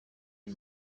این